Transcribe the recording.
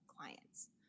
clients